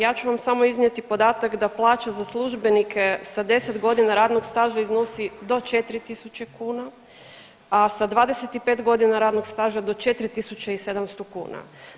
Ja ću vam samo iznijeti podatak da plaća za službenike sa 10 godina radnog staža iznosi do 4000 kuna, a sa 25 godina radnog staža do 4700 kuna.